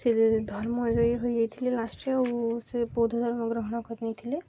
ସେ ଧର୍ମଜୟ ହୋଇ ଯାଇଥିଲେ ଲାଷ୍ଟକୁ ଆଉ ସେ ବୌଦ୍ଧ ଧର୍ମ ଗ୍ରହଣ କରିନେଇଥିଲେ